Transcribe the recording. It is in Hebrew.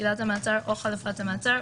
עילת המעצר או חלופת המעצר,